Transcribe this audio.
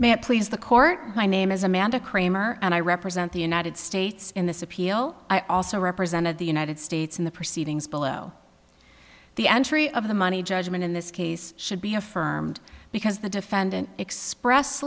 government please the court my name is amanda kramer and i represent the united states in this appeal i also represented the united states in the proceedings below the entry of the money judgment in this case should be affirmed because the defendant express